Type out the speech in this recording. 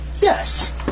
Yes